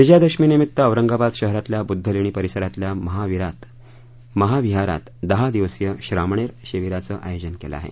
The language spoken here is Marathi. विजयादशमीनिमित्त औरंगाबाद शहरातल्या बुद्ध लेणी परिसरातल्या महाविहारात दहा दिवसीय श्रामणेर शिबिराचं आयोजन केलं आहे